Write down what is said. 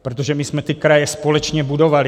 Protože my jsme ty kraje společně budovali.